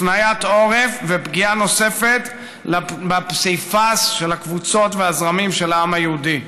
הפניית עורף ופגיעה נוספת בפסיפס של הקבוצות והזרמים של העם היהודי.